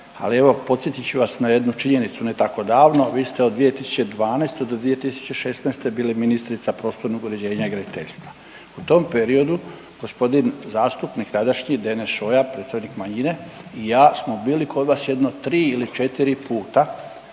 ali evo podsjetit ću vas na jednu činjenicu ne tako davno, vi ste od 2012. do 2016. bili ministrica prostornog uređenja i graditeljstva. U tom periodu g. zastupnik tadašnji Denis Šoja, predstavnik manjine i ja smo bili kod vas jedno 3 ili 4 puta